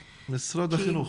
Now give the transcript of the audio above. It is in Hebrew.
החינוך.